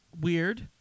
weird